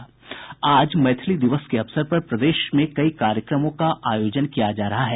आज मैथिली दिवस के अवसर पर प्रदेश में कई कार्यक्रमों का आयोजन किया जा रहा है